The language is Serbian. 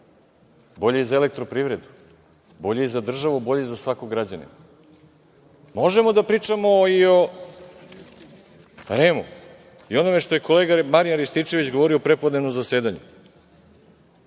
Bolje je i za elektroprivredu, bolje je i za državu, bolje i za svakog građanina. Možemo da pričamo i o REM-u i o onome što je kolega Marijan Rističević govorio u prepodnevnom zasedanju,